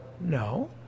No